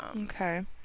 Okay